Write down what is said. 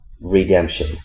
redemption